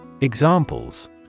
Examples